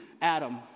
Adam